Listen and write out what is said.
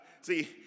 see